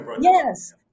Yes